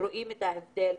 60% דחייה בישובים היהודים,